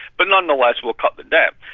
but nonetheless we'll cut the debt.